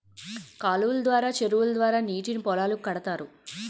కాలువలు ద్వారా చెరువుల ద్వారా నీటిని పొలాలకు కడతారు